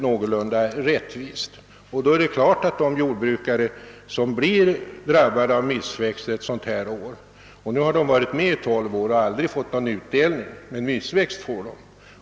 Nu har jordbrukarna i dessa områden varit med i tolv år och aldrig erhållit någon utdelning, men missväxt får de.